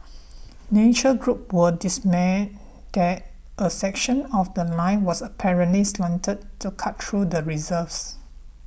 nature groups were dismayed that a section of The Line was apparently slated to cut through the reserves